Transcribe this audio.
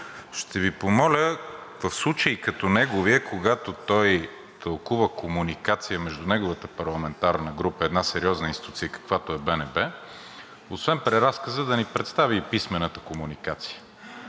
Ще Ви помоля в случаи като неговия, когато той тълкува комуникация между неговата парламентарна група и една сериозна институция, каквато е БНБ, освен преразказа да ни представи и писмената комуникация,